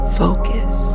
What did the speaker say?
focus